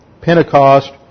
Pentecost